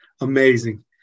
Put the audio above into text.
Amazing